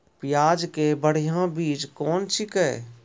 प्याज के बढ़िया बीज कौन छिकै?